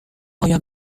آیم